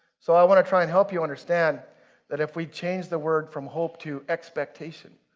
so i wanna try and help you understand that if we change the word from hope to expectation,